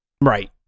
Right